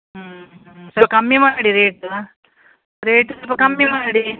ಹ್ಞೂ ಹ್ಞೂ ಸ್ವಲ್ಪ ಕಮ್ಮಿ ಮಾಡಿ ರೇಟ್ ರೇಟ್ ಸ್ವಲ್ಪ ಕಮ್ಮಿ ಮಾಡಿ